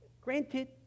granted